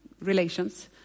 relations